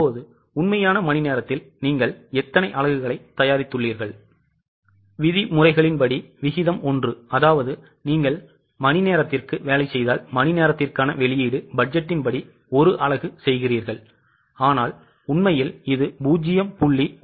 இப்போது உண்மையான மணிநேரத்தில்நீங்கள்எத்தனை அலகுகளைத்தயாரித்துள்ளீர்கள் விதிமுறைகளின்படி விகிதம் 1அதாவது நீங்கள் மணிநேரத்திற்கு வேலை செய்தால் மனித நேரத்திற்கான வெளியீடு பட்ஜெட்டின் படி 1 அலகு செய்கிறீர்கள் ஆனால் உண்மையில் இது 0